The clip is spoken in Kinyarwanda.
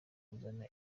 kuzana